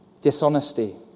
Dishonesty